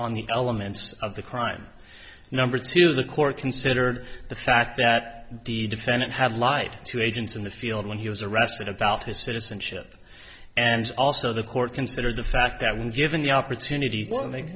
on the elements of the crime number two the court considered the fact that the defendant had lied to agents in the field when he was arrested about his citizenship and also the court consider the fact that when given the opportunit